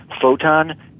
photon